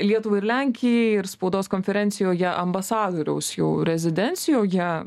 lietuvai ir lenkijai ir spaudos konferencijoje ambasadoriaus jau rezidencijoje